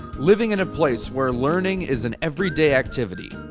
living in a place where learning is an everyday activity.